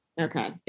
Okay